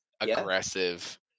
aggressive